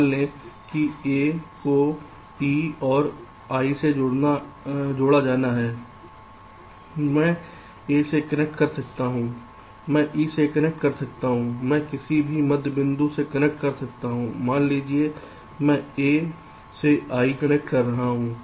तो मान लें कि a को e और i से जोड़ा जाना हैमैं a से कनेक्ट कर सकता हूं मैं e से कनेक्ट कर सकता हूं मैं किसी भी मध्य बिंदु से कनेक्ट कर सकता हूं मान लीजिए कि मैं a से i कनेक्ट कर रहा हूं